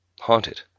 haunted